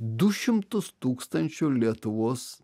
du šimtus tūkstančių lietuvos